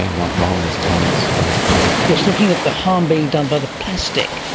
and what role this pumice does play. yes, looking at the harm being done by the plastic.